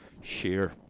share